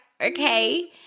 okay